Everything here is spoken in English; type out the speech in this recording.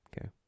Okay